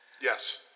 Yes